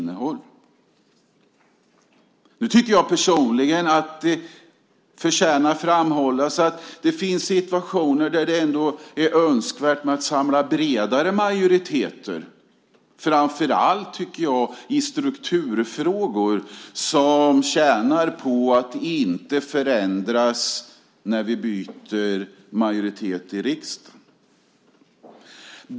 Personligen tycker jag att det dock förtjänar att framhållas att det finns situationer där det är önskvärt att samla bredare majoriteter. Framför allt tjänar strukturfrågor på att inte förändras när vi byter majoritet i riksdagen.